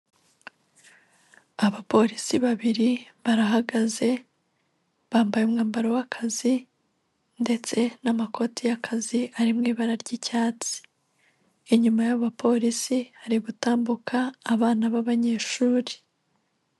Abapolisi babiri barahagaze bambaye umwambaro w'akazi ndetse n'amakoti y'akazi ari mu ibara ry'icyatsi inyuma y'abapolisi hari gutambuka abana b'abanyeshuri.